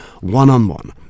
one-on-one